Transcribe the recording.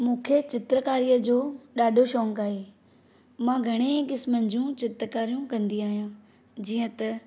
मूंखे चित्रकारीअ जो ॾाढो शौंक़ आहे मां घणे ई किस्मनि जूं चित्रकारियूं कंदी आहियां जीअं त